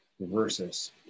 versus